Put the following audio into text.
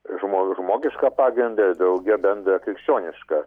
žmo žmogišką pagrindą ir drauge bendrą krikščionišką